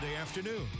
afternoon